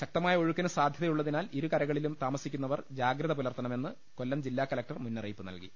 ശക്തമായ ഒഴുക്കിന് സാധൃതയുളളതിനാൽ ഇരുകരകളിലും താസ മിക്കുന്നവർ ജാഗ്രത പുലർത്തണമെന്ന് കൊല്ലം ജില്ലാ കലക്ടർ മുന്നറിപ്പ് നല്കി